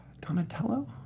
Donatello